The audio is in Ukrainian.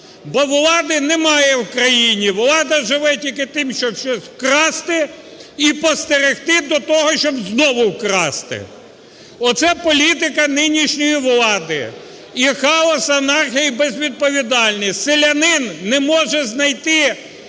Бо влади немає в країні, влада живе тільки тим, щоб щось вкрасти і постерегти до того, щоб знову вкрасти. Оце політика нинішньої влади. І хаос, анархія і безвідповідальність. Селянин не може знайти